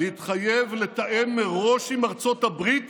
להתחייב לתאם מראש עם ארצות הברית